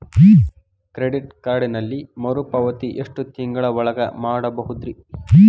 Credit ಕಾರ್ಡಿನಲ್ಲಿ ಮರುಪಾವತಿ ಎಷ್ಟು ತಿಂಗಳ ಒಳಗ ಮಾಡಬಹುದ್ರಿ?